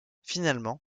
finalement